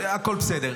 תודה רבה.